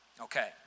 okay